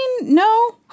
no